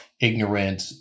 ignorant